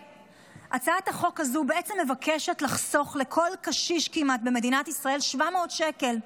הצעת החוק הזו בעצם מבקשת לחסוך לכל קשיש כמעט במדינת ישראל 700 שקל,